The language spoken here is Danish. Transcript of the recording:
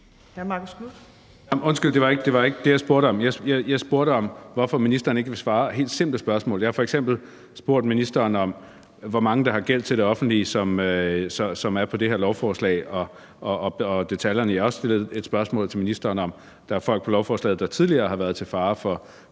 Undskyld, men det var ikke det, jeg spurgte om. Jeg spurgte om, hvorfor ministeren ikke vil svare på helt simple spørgsmål. Jeg har f.eks. spurgt ministeren om, hvor mange af dem, der er på det her lovforslag, der har gæld til det offentlige, og detaljerne i det. Jeg har også stillet et spørgsmål til ministeren om, om der er folk på lovforslaget, der tidligere har været til fare for